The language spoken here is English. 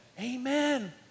Amen